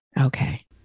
Okay